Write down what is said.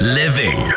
living